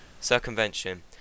Circumvention